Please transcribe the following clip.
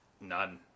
None